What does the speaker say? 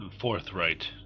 forthright